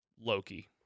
Loki